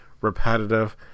repetitive